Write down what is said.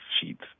sheets